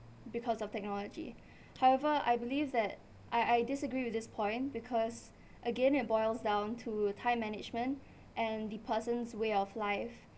because of technology however I believe that I I disagree with this point because again it boils down to time management and the person's way of life